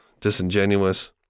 disingenuous